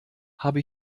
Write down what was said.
habe